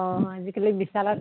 অ আজিকালি বিশালত